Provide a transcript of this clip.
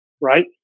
right